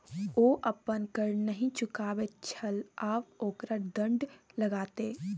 ओ अपन कर नहि चुकाबैत छल आब ओकरा दण्ड लागतै